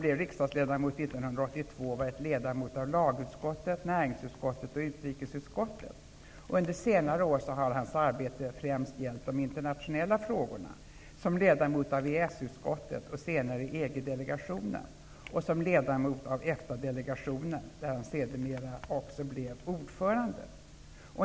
1982 varit ledamot av lagutskottet, näringsutskottet och utrikesutskottet. Under senare år har hans arbete främst gällt de internationella frågorna, som ledamot av EES-utskottet och senare EG delegationen, där han sedermera också blev ordförande.